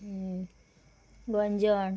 गंजन